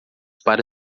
para